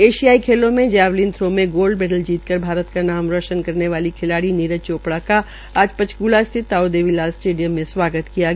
ऐशियाई खेलों में javelin throw में गोल्ड मेडल जीत कर भारत का नाम रोशन करने वाली नीरज चोपड़ा का आज पंचकला स्थित ताऊ देवी लाल स्टेडियम में स्वागत किया गया